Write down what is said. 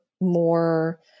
more